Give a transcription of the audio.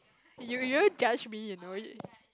you you judge me you know